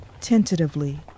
tentatively